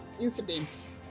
incidents